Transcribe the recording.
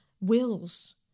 wills